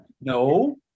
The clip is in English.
no